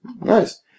Nice